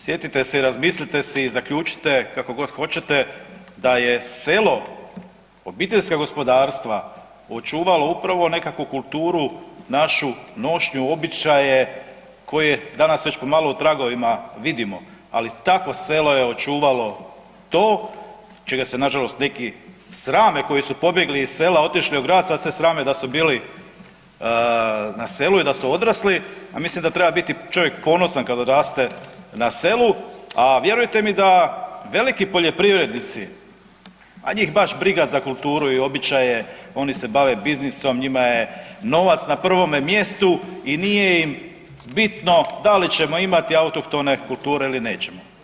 Sjetite se i razmislite si i zaključite, kako god hoćete, da je selo, obiteljska gospodarstva očuvalo upravo nekakvu kulturu, našu nošnju, običaje koje danas već pomalo u tragovima vidimo ali takvo selo je očuvalo to čega se nažalost neki srame koji su pobjegli iz sela, otišli u grad, sad se srame da su bili na selu i da su odrasli a mislim da treba biti čovjek ponosan kad odraste na selu a vjerujte mi da veliki poljoprivrednici, a njih baš briga za kulturu i običaje, oni se bave biznisom, njima je novac na prvome mjestu i nije im bitno da li ćemo imati autohtone kulture ili nećemo.